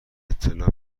اطلاع